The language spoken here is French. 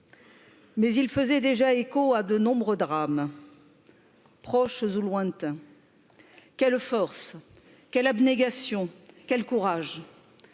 mais il faisait déjà écho à de nombreux drames proches ou lointains quelle force quelle abnégation quel courage